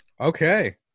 okay